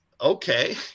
Okay